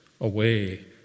away